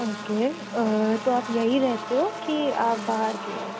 okay तो आप यहीं रहते हो कि आप बाहर के हो